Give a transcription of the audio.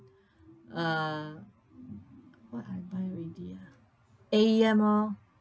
uh what I buy already ah A_E_M oh